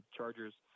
Chargers